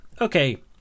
Okay